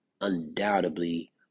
undoubtedly